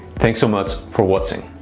thanks so much for watching.